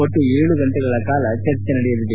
ಒಟ್ಟು ಏಳು ಗಂಟೆಗಳ ಕಾಲ ಚರ್ಚೆ ನಡೆಯಲಿದೆ